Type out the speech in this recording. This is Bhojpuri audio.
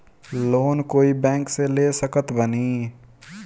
लोन कोई बैंक से ले सकत बानी?